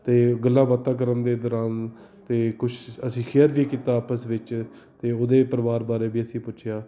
ਅਤੇ ਗੱਲਾਂ ਬਾਤਾਂ ਕਰਨ ਦੇ ਦੌਰਾਨ ਅਤੇ ਕੁਛ ਅਸੀਂ ਸ਼ੇਅਰ ਵੀ ਕੀਤਾ ਆਪਸ ਵਿੱਚ ਅਤੇ ਉਹਦੇ ਪਰਿਵਾਰ ਬਾਰੇ ਵੀ ਅਸੀਂ ਪੁੱਛਿਆ